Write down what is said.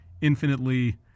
infinitely